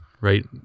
right